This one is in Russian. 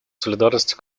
солидарности